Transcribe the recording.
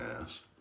ass